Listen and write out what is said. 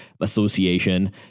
association